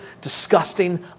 disgusting